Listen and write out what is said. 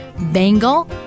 Bengal